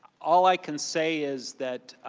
all i can say is that